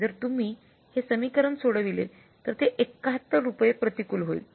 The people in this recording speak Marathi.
जर तुम्ही हे समीकरण सोडविले तर ते 71 रुपये प्रतिकूल होईल